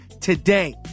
today